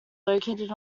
located